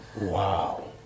Wow